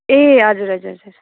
ए हजुर हजुर हजुर